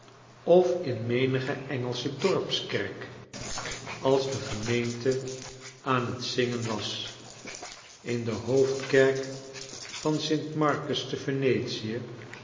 of in menige engelsche dorpskerk als de gemeente aan het zingen was in de hoofdkerk van st marcus te